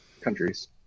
countries